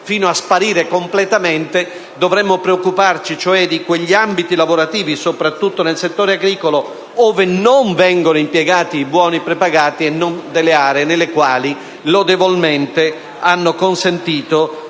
fino a sparire completamente. Dovremmo preoccuparci di quegli ambiti lavorativi, soprattutto nel settore agricolo, ove non vengono impiegati i buoni prepagati e non delle aree nelle quali lodevolmente hanno consentito